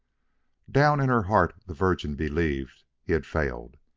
down in her heart the virgin believed he had failed,